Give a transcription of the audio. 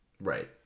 Right